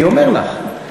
אני אומר לך.